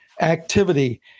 Activity